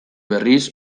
berriz